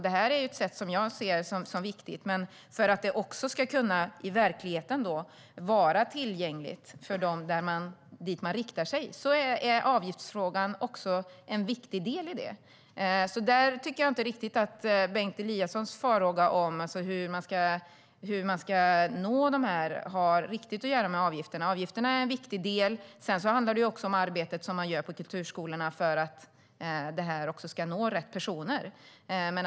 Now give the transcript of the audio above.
Det är ett sätt jag ser som viktigt, men för att det också i verkligheten ska kunna vara tillgängligt för dem man riktar sig till är avgiftsfrågan en viktig del. Jag tycker alltså inte riktigt att Bengt Eliassons farhåga när det gäller hur man ska nå dessa människor har med avgifterna att göra. Avgifterna är en viktig del, men sedan handlar det också om det arbete man gör på kulturskolorna för att nå rätt personer.